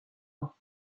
ans